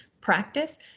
practice